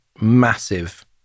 massive